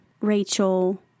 Rachel